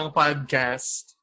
podcast